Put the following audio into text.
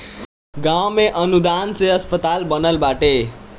गांव में अनुदान से अस्पताल बनल बाटे